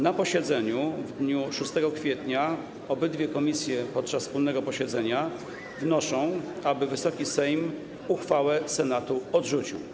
Na posiedzeniu w dniu 6 kwietnia obydwie komisje podczas wspólnego posiedzenia ustaliły, iż wnoszą, aby Wysoki Sejm uchwałę Senatu odrzucił.